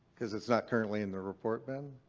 because it's not currently in the report, ben.